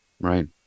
Right